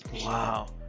Wow